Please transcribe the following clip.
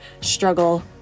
struggle